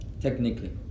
technically